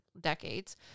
decades